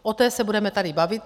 O té se budeme tady bavit.